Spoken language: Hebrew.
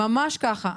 ממש ככה.